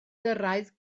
gyrraedd